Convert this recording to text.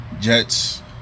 Jets